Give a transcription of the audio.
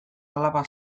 alaba